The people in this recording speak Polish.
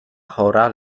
chora